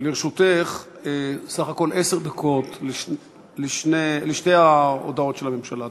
לרשותך סך הכול עשר דקות לשתי ההודעות של הממשלה.